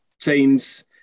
teams